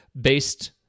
based